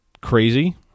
crazy